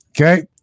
okay